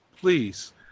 please